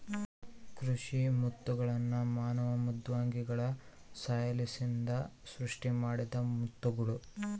ಕೃಷಿ ಮುತ್ತುಗಳ್ನ ಮಾನವ ಮೃದ್ವಂಗಿಗಳ ಸಹಾಯಲಿಸಿಂದ ಸೃಷ್ಟಿಮಾಡಿದ ಮುತ್ತುಗುಳು